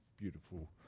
Beautiful